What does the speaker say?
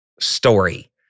story